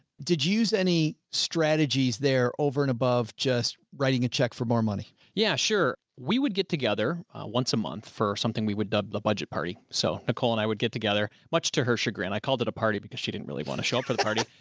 did you use any. strategies. they're over and above just writing a check for more money. andy yeah, sure. we would get together once a month for something. we would do a budget party. so nicole and i would get together, much to her chagrin, i called it a party because she didn't really want to show up for the party.